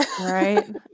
Right